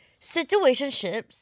Situationships